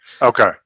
Okay